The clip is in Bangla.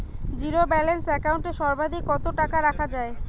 জীরো ব্যালেন্স একাউন্ট এ সর্বাধিক কত টাকা রাখা য়ায়?